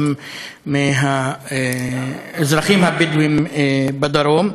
גם מהאזרחים הבדואים בדרום.